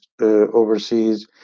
overseas